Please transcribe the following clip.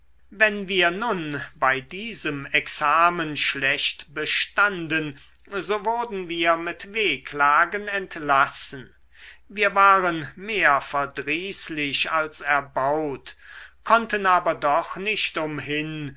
wenn wir nun bei diesem examen schlecht bestanden so wurden wir mit wehklagen entlassen wir waren mehr verdrießlich als erbaut konnten aber doch nicht umhin